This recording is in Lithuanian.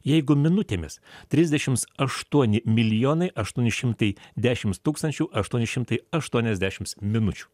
jeigu minutėmis trisdešims aštuoni milijonai aštuoni šimtai dešims tūkstančių aštuoni šimtai aštuoniasdešims minučių